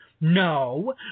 no